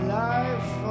life